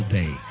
day